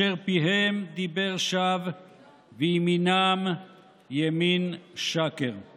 "אשר פיהם דיבר שוא וימינם ימין שקר";